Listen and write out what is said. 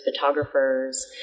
photographers